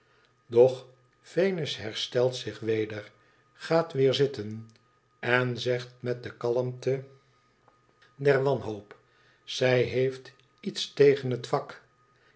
doch venus herstelt zich weder gaat weer zitten en zegt met de kalmte der wanhoop zij heeft iets tegen het vak